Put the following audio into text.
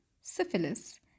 syphilis